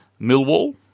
Millwall